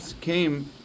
came